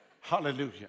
Hallelujah